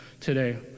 today